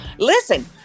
Listen